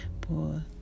por